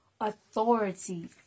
authority